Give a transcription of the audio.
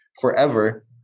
forever